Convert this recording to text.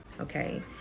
okay